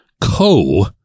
co